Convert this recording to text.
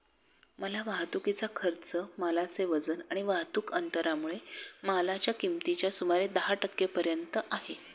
माल वाहतुकीचा खर्च मालाचे वजन आणि वाहतुक अंतरामुळे मालाच्या किमतीच्या सुमारे दहा टक्के पर्यंत आहे